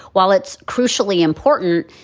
while it's crucially important,